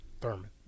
Thurman